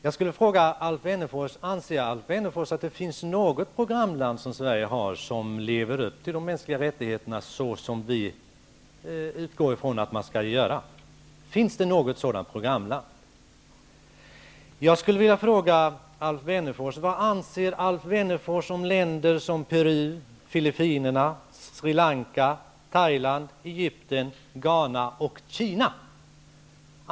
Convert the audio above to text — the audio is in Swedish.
Jag skulle vilja fråga Alf Wennerfors om han anser att det finns något svenskt programland som lever upp till de mänskliga rättigheterna, så som vi utgår ifrån att man skall göra. Finns det något sådant programland? Vad anser Alf Wennerfors om länder som Peru, Filippinerna, Sri Lanka, Thailand, Egypten, Ghana och Kina som inte är programländer, men som via BITS får bistånd?